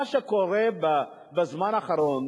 מה שקורה בזמן האחרון,